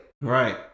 Right